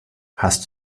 hast